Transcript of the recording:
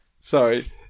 Sorry